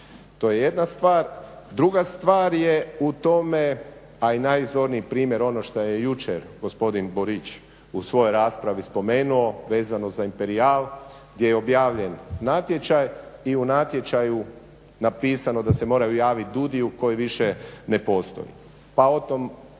To je jedna stvar. Druga stvar je u tome, a i najzorniji primjer ono što je jučer gospodin Borić u svojoj raspravi spomenuo vezano za Imperijal gdje je objavljen natječaj i u natječaju napisano da se moraju javit AUDI-ju koji više ne postoji